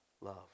love